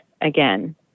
again